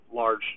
large